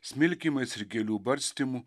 smilkymais ir gėlių barstymu